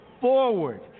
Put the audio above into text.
forward